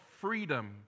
freedom